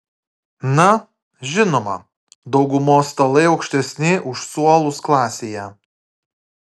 na žinoma daugumos stalai aukštesni už suolus klasėje